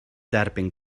derbyn